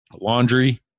Laundry